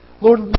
Lord